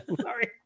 Sorry